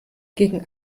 gegen